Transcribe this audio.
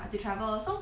ya to travel